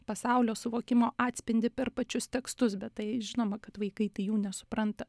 pasaulio suvokimo atspindį per pačius tekstus bet tai žinoma kad vaikai tai jų nesupranta